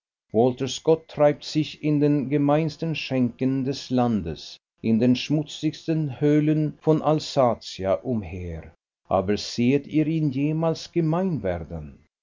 walter scott treibt sich in den gemeinsten schenken des landes in den schmutzigsten höhlen von alsatia umher aber sehet ihr ihn jemals gemein werden